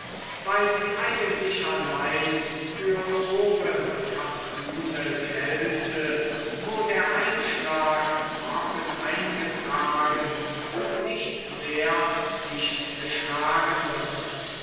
weil sie eigentlich allein für grobe kattune gelte wo der einschlag trocken eingetragen und nicht sehr dicht geschlagen wird